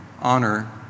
honor